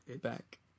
back